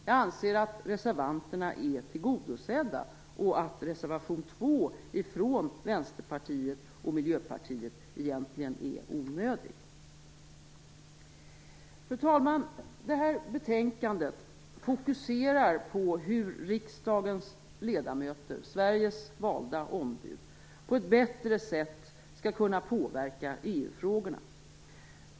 Jag anser att reservanterna är tillgodosedda och att reservation 2 av Vänsterpartiet och Miljöpartiet egentligen är onödig. Fru talman! Det här betänkandet fokuserar på hur riksdagens ledamöter, Sveriges valda ombud, på ett bättre sätt skall kunna påverka EU-frågorna.